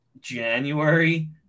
January